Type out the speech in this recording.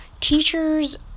teachers